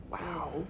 wow